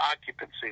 occupancy